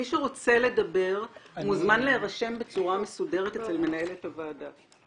מי שרוצה לדבר מוזמן להירשם בצורה מסודרת אצל מנהלת הוועדה.